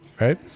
right